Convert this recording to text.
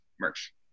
merch